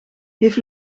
heeft